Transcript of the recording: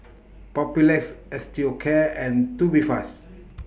Papulex Osteocare and Tubifast